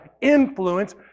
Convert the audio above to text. influence